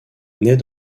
naît